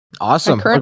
awesome